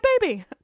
baby